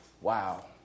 wow